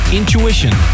intuition